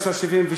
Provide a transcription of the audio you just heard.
בשנת 1972,